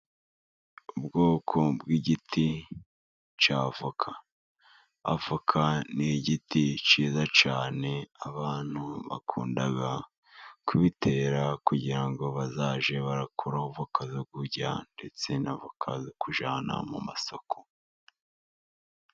Ubwoko bw'igiti cy'avoka. Avoka ni igiti cyiza cyane, abantu bakunda kubitera, kugira ngo bazajye barakuraho avoka zo kurya , ndetse n'avoka zo kujyana mu masoko.